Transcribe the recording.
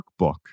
workbook